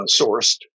sourced